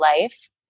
life